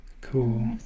Cool